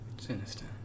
Sinister